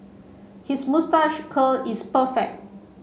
his moustache curl is perfect